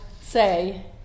say